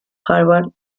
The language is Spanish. harvard